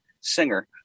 singer